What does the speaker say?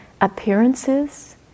appearances